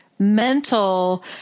mental